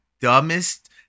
dumbest